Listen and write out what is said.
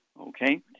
okay